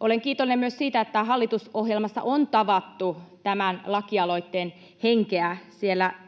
Olen kiitollinen myös siitä, että hallitusohjelmassa on tavoitettu tämän lakialoitteen henkeä. Siellä todetaan,